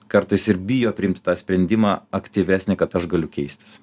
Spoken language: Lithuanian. kartais ir bijo priimti tą sprendimą aktyvesnį kad aš galiu keistis